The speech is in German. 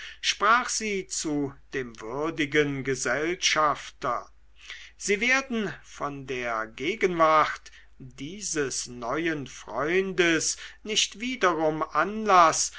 sprach sie zu dem würdigen gesellschafter sie werden von der gegenwart dieses neuen freundes nicht wiederum anlaß